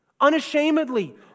unashamedly